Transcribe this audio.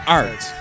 art